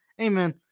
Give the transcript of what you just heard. Amen